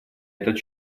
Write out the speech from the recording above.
этот